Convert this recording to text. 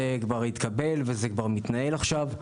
זה כבר התקבל ומתנהל עכשיו.